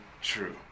true